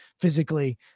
physically